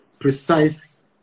precise